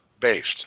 based